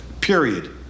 period